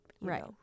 Right